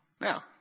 Now